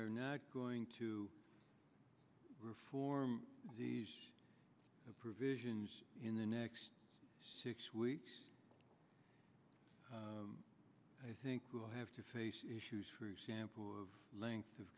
are not going to reform the provisions in the next six weeks i think we will have to face issues for example of length of